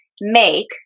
make